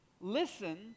Listen